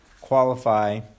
qualify